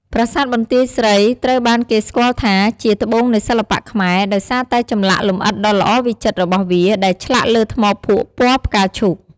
ប្រាសាទបន្ទាយស្រីត្រូវបានគេស្គាល់ថាជា "ត្បូងនៃសិល្បៈខ្មែរ" ដោយសារតែចម្លាក់លម្អិតដ៏ល្អវិចិត្ររបស់វា ដែលឆ្លាក់លើថ្មភក់ពណ៌ផ្កាឈូក។